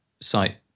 site